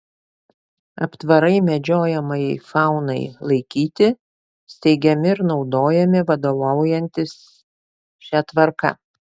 aptvarai medžiojamajai faunai laikyti steigiami ir naudojami vadovaujantis šia tvarka